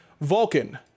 vulcan